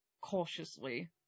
cautiously